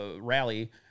rally